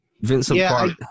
Vincent